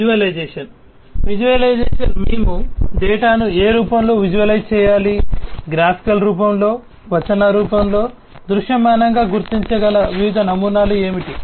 visualisation visualisation మేము డేటాను ఏ రూపంలో విజువలైజ్ చేయాలి గ్రాఫికల్ రూపంలో వచన రూపంలో దృశ్యమానంగా గుర్తించగల వివిధ నమూనాలు ఏమిటి